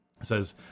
Says